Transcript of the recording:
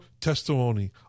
testimony